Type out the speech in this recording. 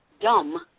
dumb